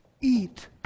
eat